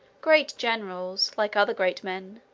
great generals, like other great men,